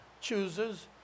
chooses